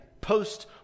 post